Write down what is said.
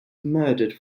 murdered